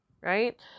Right